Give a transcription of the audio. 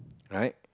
right